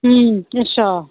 अच्छा